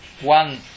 one